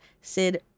Sid